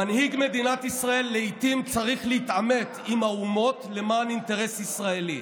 מנהיג מדינת ישראל לעיתים צריך להתעמת עם האומות למען אינטרס ישראלי.